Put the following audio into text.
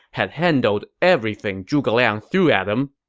had handled everything zhuge liang threw at him.